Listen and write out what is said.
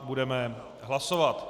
Budeme hlasovat.